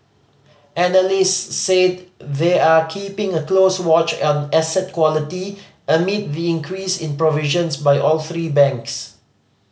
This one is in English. analyst said they are keeping a close watch on asset quality amid the increase in provisions by all three banks